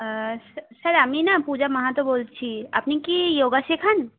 আর sir আমি না পূজা মাহাতো বলছি আপনি কি ইয়োগা শেখান